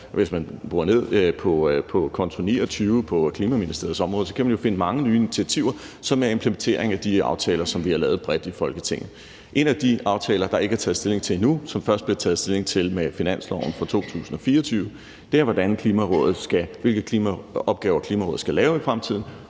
Klima-, Energi og Forsyningsministeriets område, kan man jo finde mange nye initiativer, som er en implementering af de aftaler, som vi har lavet bredt i Folketinget. En af de aftaler, der ikke er taget stilling til endnu, og som der først bliver taget stilling til med finansloven for 2024, er, hvilke opgaver Klimarådet skal lave i fremtiden,